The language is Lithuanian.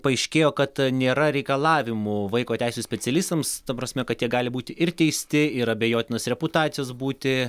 paaiškėjo kad nėra reikalavimų vaiko teisių specialistams ta prasme kad jie gali būti ir teisti ir abejotinos reputacijos būti